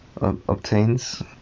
obtains